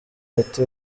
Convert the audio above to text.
ati